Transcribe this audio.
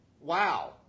wow